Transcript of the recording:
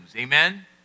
amen